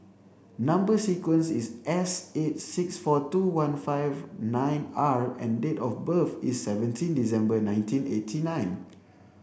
number sequence is S eight six four two one five nine R and date of birth is seventeen December nineteen eighty nine